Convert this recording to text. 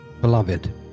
Beloved